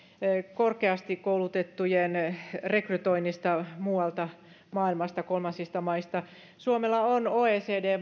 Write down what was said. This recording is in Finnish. korkeasti koulutettujen rekrytoinnista muualta maailmasta kolmansista maista suomella on oecd